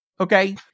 Okay